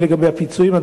והן לגבי הפיצויים,